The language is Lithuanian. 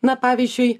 na pavyzdžiui